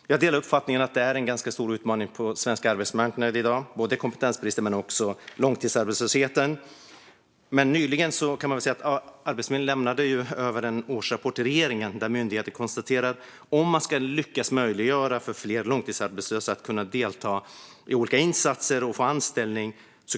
Jag delar uppfattningen att det finns ganska stora utmaningar på svensk arbetsmarknad i dag med både kompetensbristen och långtidsarbetslösheten. Nyligen lämnade Arbetsförmedlingen över en årsrapport till regeringen. Myndigheten konstaterade att det krävs mer resurser för att man ska lyckas möjliggöra för fler långtidsarbetslösa att delta i olika insatser och få anställning.